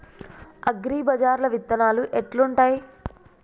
అగ్రిబజార్ల విత్తనాలు ఎట్లుంటయ్?